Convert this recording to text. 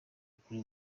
kuri